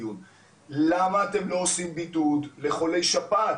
למה אתם לא עושים בידוד לחולי שפעת?